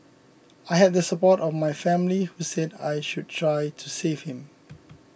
I had the support of my family who said I should try to save him